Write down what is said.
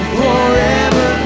forever